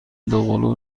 دوقلو